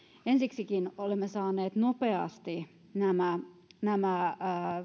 ensiksikin olemme saaneet nopeasti nämä nämä